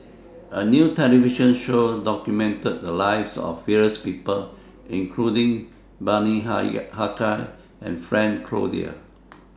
A New television Show documented The Lives of various People including Bani Haykal and Frank Cloutier